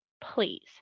Please